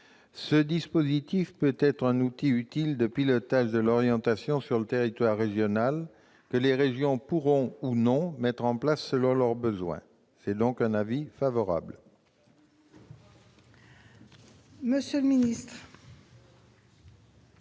Ce dispositif pourra être un outil utile de pilotage de l'orientation sur le territoire régional, que les régions pourront ou non mettre en place selon leurs besoins. L'avis est donc favorable. Quel est